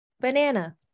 Banana